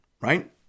right